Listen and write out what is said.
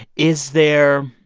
is there